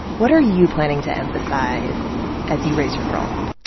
what are you planning to emphasize as you raise your girls?